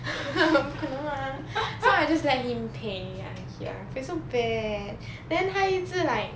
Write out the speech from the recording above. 不可能 mah so I just let him pay !aiya! feel so bad then 他一直 like